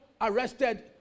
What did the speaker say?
arrested